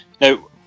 now